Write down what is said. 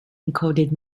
encoded